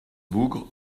bougre